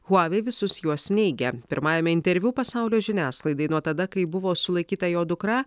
huavei visus juos neigia pirmajame interviu pasaulio žiniasklaidai nuo tada kai buvo sulaikyta jo dukra